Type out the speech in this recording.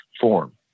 form